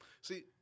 See